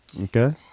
Okay